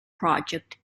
project